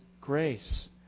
grace